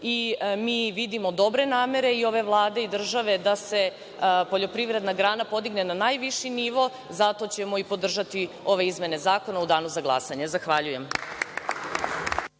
i mi vidimo dobre namere i ove Vlade i države da se poljoprivredna grana podigne na najviši nivo i zato ćemo podržati ove izmene zakona u danu za glasanje. Hvala.